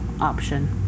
option